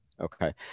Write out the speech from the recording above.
Okay